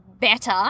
better